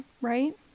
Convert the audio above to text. right